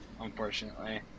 Unfortunately